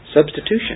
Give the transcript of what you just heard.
Substitution